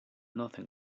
nothing